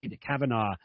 Kavanaugh